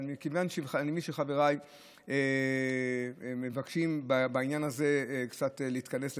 אבל מכיוון שאני מבין שחבריי מבקשים בעניין הזה קצת להתכנס לזמן,